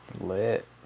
Lit